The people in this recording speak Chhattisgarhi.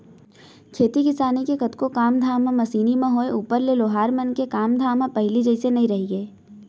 खेती किसानी के कतको काम धाम ह मसीनी म होय ऊपर ले लोहार मन के काम धाम ह पहिली जइसे नइ रहिगे